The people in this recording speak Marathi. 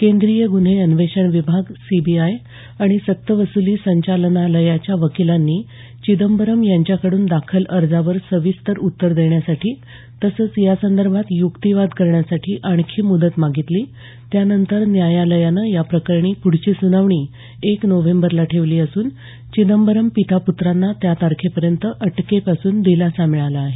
केंद्रीय गुन्हे अन्वेषण विभाग सीबीआय आणि सक्तवसुली संचालनालयाच्या वकिलांनी चिदंबरम यांच्याकडून दाखल अर्जावर सविस्तर उत्तर देण्यासाठी तसंच यासंदर्भात युक्तिवाद करण्यासाठी आणखी मुद्दत मागितली त्यानंतर न्यायालयानं या प्रकरणी पुढची सुनावणी एक नोव्हेंबरला ठेवली असून चिदंबरम पितापुत्रांना त्या तारखेपर्यंत अटकेपासून दिलासा मिळाला आहे